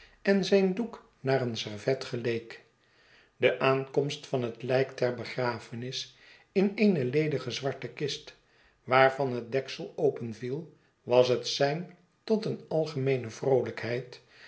en zijn doek naar eeri servet geleek de aankomst van het lijk ter begrafenis in eene ledige zwarte kist waarvan het deksel openviel was het sein tot eene algemeene vroolijkheid